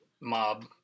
mob